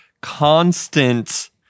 constant